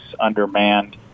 undermanned